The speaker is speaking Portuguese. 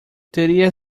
teria